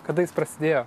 kada jis prasidėjo